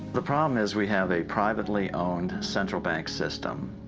the problem is we have a privately owned central bank system,